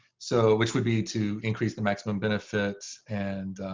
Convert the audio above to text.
so which would be to increase the maximum benefits and